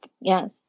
Yes